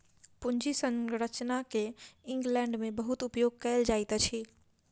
पूंजी संरचना के इंग्लैंड में बहुत उपयोग कएल जाइत अछि